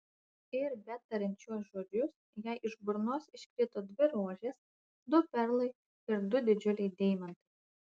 ir betariant šiuos žodžius jai iš burnos iškrito dvi rožės du perlai ir du didžiuliai deimantai